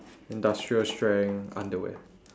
industrial strength underwear